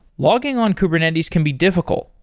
logging on kubernetes can be difficult,